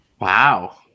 Wow